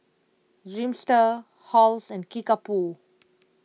Dreamster Halls and Kickapoo